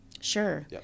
Sure